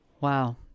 Wow